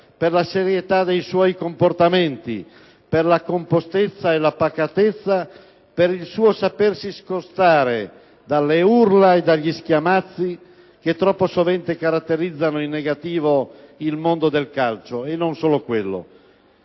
per la serietà dei suoi comportamenti, per la compostezza e la pacatezza, per il suo sapersi scostare dalle urla e dagli schiamazzi che troppo sovente caratterizzano in negativo il mondo del calcio e non solo quello.